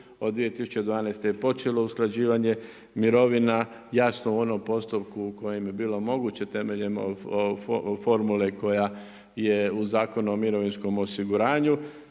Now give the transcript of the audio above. od 2012. je počelo usklađivanje mirovina, jasno u onom postupku kojim je bilo moguće temeljem formule koja je u Zakonu o mirovinskom osiguranju,